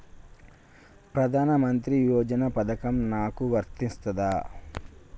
ప్రధానమంత్రి యోజన పథకం నాకు వర్తిస్తదా?